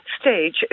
stage